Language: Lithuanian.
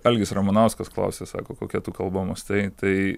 algis ramanauskas klausia sako kokia tu kalba mąstai tai